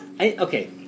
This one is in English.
Okay